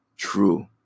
True